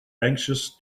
anxious